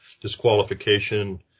disqualification